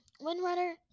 Windrunner